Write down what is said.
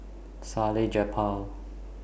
Salleh Japar